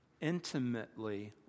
intimately